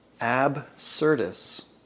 absurdus